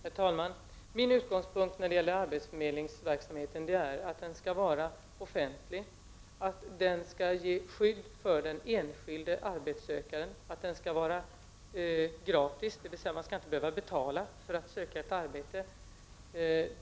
Herr talman! Min utgångspunkt när det gäller arbetsförmedlingsverksamheten är att den skall vara offentlig, att den skall ge skydd för den enskilde arbetssökanden och att den skall vara gratis, dvs. att man inte skall behöva betala för att söka ett arbete.